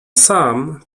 sam